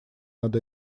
над